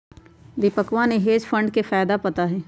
दीपकवा के hedge fund के फायदा पता हई